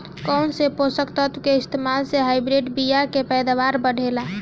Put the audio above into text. कौन से पोषक तत्व के इस्तेमाल से हाइब्रिड बीया के पैदावार बढ़ेला?